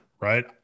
right